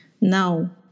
Now